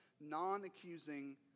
non-accusing